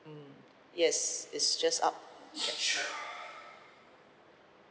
mm yes it's just up ya